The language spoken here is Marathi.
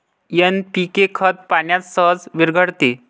एन.पी.के खत पाण्यात सहज विरघळते